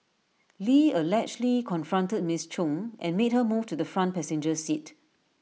lee allegedly confronted miss chung and made her move to the front passenger seat